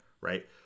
Right